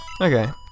Okay